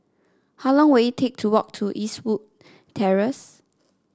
how long will it take to walk to Eastwood Terrace